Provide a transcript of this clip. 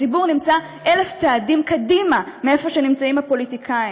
הציבור נמצא אלף צעדים קדימה מאיפה שנמצאים הפוליטיקאים,